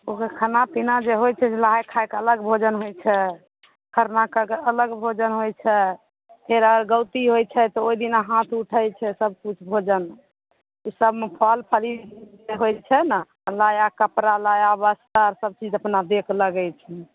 ओकर खाना पीना जे होइ छै से नहाइ खाइके अलग भोजन होइ छै खरनाके अलग भोजन होइ छै फेर अरगौती होइ छै तऽ ओहि दिना हाथ उठै छै सभकिछु भोजन ओ सभमे फल फली से होइ छै ने नया कपड़ा नया बस्तर सभचीज अपना देहके लगैथिन